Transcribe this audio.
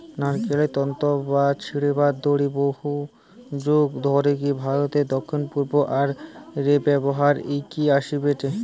নারকেল তন্তু বা ছিবড়ার দড়ি বহুযুগ ধরিকি ভারতের দক্ষিণ আর পূর্ব রে ব্যবহার হইকি অ্যাসেটে